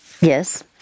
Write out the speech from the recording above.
Yes